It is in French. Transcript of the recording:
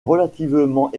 relativement